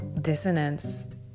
dissonance